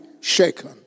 shaken